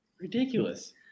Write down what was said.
Ridiculous